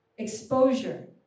exposure